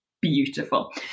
beautiful